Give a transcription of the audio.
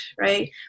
right